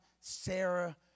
Sarah